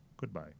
Goodbye